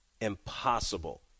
impossible